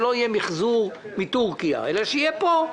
שלא יהיה מיחזור מטורקיה אלא שיהיה פה.